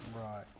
Right